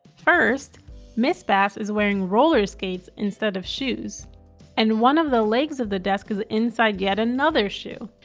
first miss bass is wearing roller skates instead of shoes and one of the legs of the desk is inside yet another shoe.